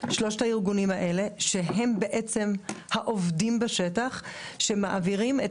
שהם בעצם העובדים בשטח שמעבירים את